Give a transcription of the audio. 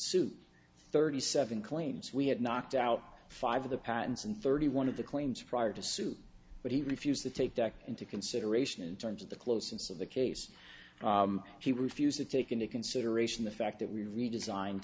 suit thirty seven claims we had knocked out five of the patents and thirty one of the claims prior to sue but he refused to take into consideration in terms of the closeness of the case he refused to take into consideration the fact that we redesigne